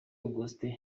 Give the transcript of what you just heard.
augustin